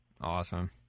Awesome